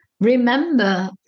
Remember